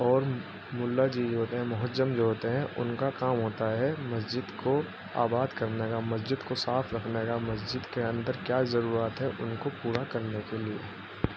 اور ملہ جی ہوتے ہیں محجم جو ہوتے ہیں ان کا کام ہوتا ہے مسجد کو آباد کرنے کاا مسجد کو صاف رکھنے کاا مسجد کے اندر کیا ضرورت ہے ان کو پورا کرنے کے لیے